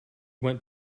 went